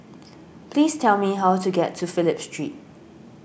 please tell me how to get to Phillip Street